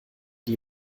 die